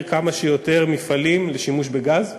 כמה שיותר מפעלים לשימוש בגז טבעי,